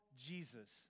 Jesus